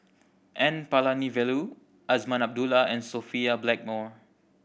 N Palanivelu Azman Abdullah and Sophia Blackmore